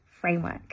framework